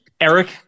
Eric